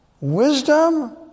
Wisdom